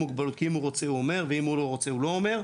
מוגבלות אם הוא רוצה הוא אומר ואם הוא לא רוצה הוא לא אומר.